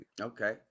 Okay